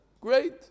Great